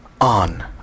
On